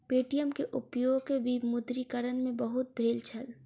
Paytm के उपयोग विमुद्रीकरण में बहुत भेल छल